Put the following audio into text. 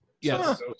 Yes